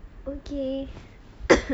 okay